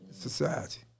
Society